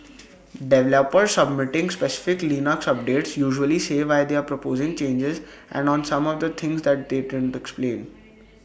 developers submitting specific Linux updates usually say why they're proposing changes and on some of the things they didn't explain